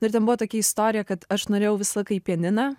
nu ir ten buvo tokia istorija kad aš norėjau visą laiką į pianiną